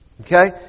Okay